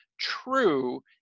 true